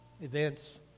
events